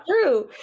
true